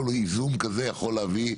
כל איזון כזה יכול להביא,